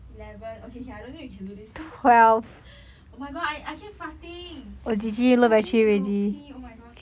eleven okay okay I don't think we can do this oh my god I I keep farting I really need to pee oh my gosh